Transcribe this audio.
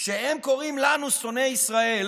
כשהם קוראים לנו "שונאי ישראל",